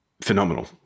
phenomenal